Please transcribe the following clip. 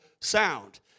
sound